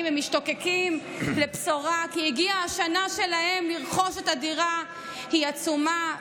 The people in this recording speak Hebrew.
ומשתוקקים לבשורה שהגיעה השנה שלהם לרכוש את הדירה היא עצומה.